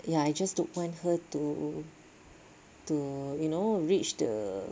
ya I just don't want her to to you know reach the